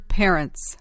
parents